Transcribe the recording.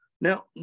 Now